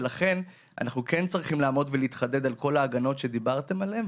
ולכן אנחנו כן צריכים לעמוד ולהתחדד על כל ההגנות שדיברתם עליהן.